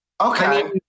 Okay